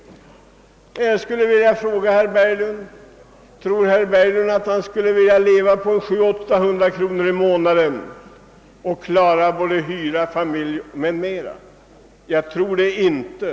Ja, jag skulle vilja fråga: Tror herr Berglund att han skulle vilja leva på 700—800 kronor i månaden och klara både hyra och andra utgifter för familjen? Jag tror det inte.